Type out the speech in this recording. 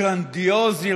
גרנדיוזי,